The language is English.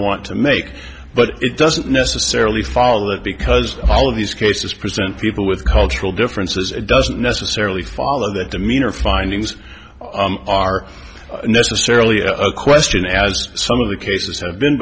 want to make but it doesn't necessarily follow that because all of these cases present people with cultural differences it doesn't necessarily follow that demeanor findings are necessarily a question as some of the cases have been